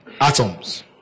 Atoms